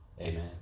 Amen